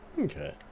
okay